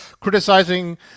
criticizing